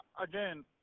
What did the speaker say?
again